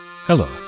Hello